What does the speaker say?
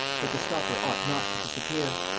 that the stopper ought not to disappear.